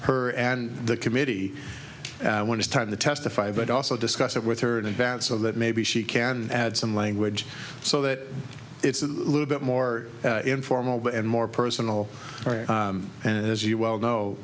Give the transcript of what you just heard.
her and the committee when it's time to testify but also discuss it with her in advance so that maybe she can add some language so that it's a little bit more informal and more personal as you well kno